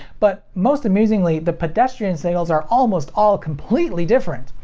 but most amusingly, the pedestrian signals are almost all completely different.